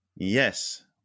Yes